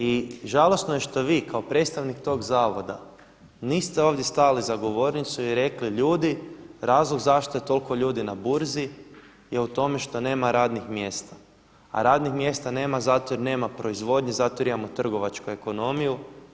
I žalosno je što vi kao predstavnik tog zavoda niste ovdje stali za govornicu i rekli, ljudi razlog zašto je toliko ljudi na burzi je u tome što nema radnih mjesta a radnih mjesta nema zato jer nema proizvodnje, zato jer imamo trgovačku ekonomiju.